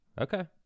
Okay